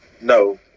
No